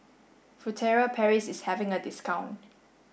Furtere Paris is having a discount